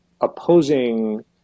opposing